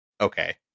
Okay